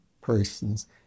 person's